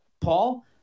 Paul